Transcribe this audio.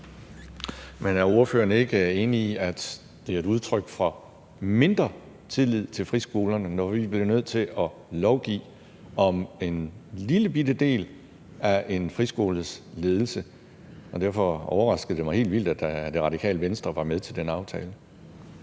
Men er ordføreren ikke enig i, at det er et udtryk for mindre tillid til friskolerne, når vi bliver nødt til at lovgive om en lillebitte del af en friskoles ledelse? Og derfor overrasker det mig helt vildt, at Det Radikale Venstre var med til at lave